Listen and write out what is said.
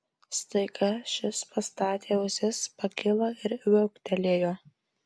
staiga šis pastatė ausis pakilo ir viauktelėjo